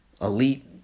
elite